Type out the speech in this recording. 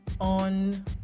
on